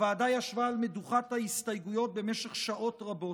הוועדה ישבה על מדוכת ההסתייגויות במשך שעות רבות.